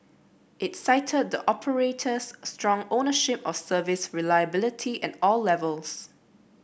it cited the operator's strong ownership of service reliability at all levels